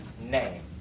name